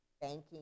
banking